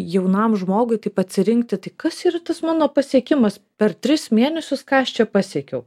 jaunam žmogui kaip atsirinkti tai kas yra tas mano pasiekimas per tris mėnesius ką aš čia pasiekiau